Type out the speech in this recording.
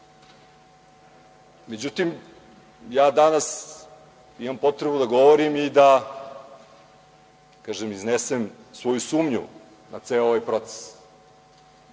sudije.Međutim, ja danas imam potrebu da govorim i da, kažem, iznesem svoju sumnju na ceo ovaj proces